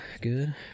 Good